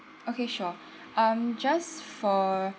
okay sure um just for